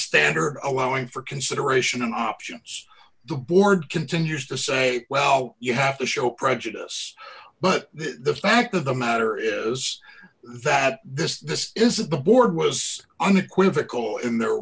standard allowing for consideration and options the board continues to say well you have to show prejudice but the fact of the matter is that this is the board was unequivocal in their